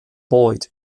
boyd